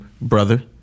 brother